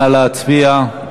נא להצביע.